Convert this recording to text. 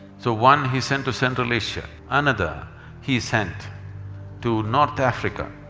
so one he sent to central asia, another he sent to north africa,